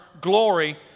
glory